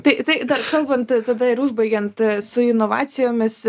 tai tai dar kalbant tada ir užbaigiant su inovacijomis